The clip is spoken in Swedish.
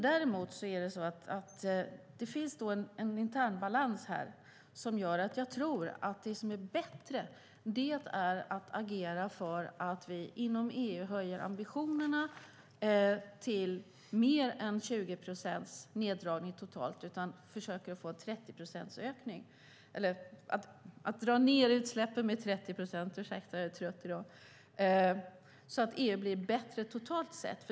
Det finns en intern balans här som gör att jag tror att det är bättre att agera för att vi inom EU höjer ambitionerna till mer än 20 procents neddragning totalt och försöker dra ned utsläppen med 30 procent så att EU blir bättre totalt sett.